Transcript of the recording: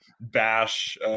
bash